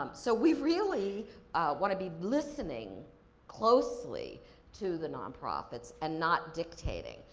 um so, we really wanna be listening closely to the non-profits and not dictating.